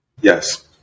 yes